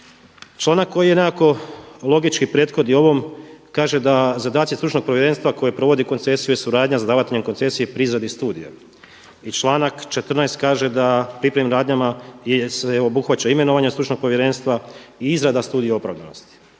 Članak koji je nekako logički prethodi ovom, kaže da zadaci stručnog povjerenstva koji provodi koncesiju je suradnja s davateljem koncesije pri izradi studija. Članak 14. kaže da pripremnim radnjama se obuhvaća imenovanja stručnog povjerenstva i izrada studije opravdanosti.